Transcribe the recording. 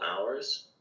hours